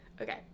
Okay